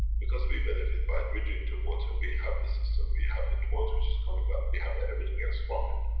because we benefit by it. we drink the water, we have the system, we have the toys which is coming out. we have everything else from it.